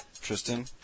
tristan